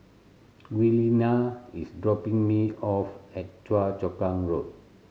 Giuliana is dropping me off at Choa Chu Kang Road